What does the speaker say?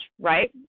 right